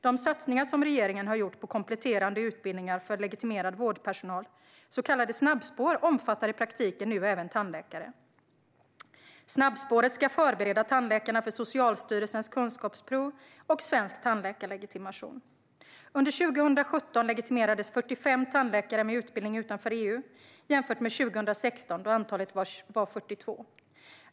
De satsningar som regeringen har gjort på kompletterande utbildningar för legitimerad vårdpersonal, så kallade snabbspår, omfattar i praktiken nu även tandläkare. Snabbspåret ska förbereda tandläkarna för Socialstyrelsens kunskapsprov och svensk tandläkarlegitimation. Under 2017 legitimerades 45 tandläkare med utbildning utanför EU att jämföras med 2016, då antalet var 42.